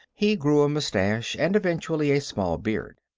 he grew a mustache and, eventually, a small beard.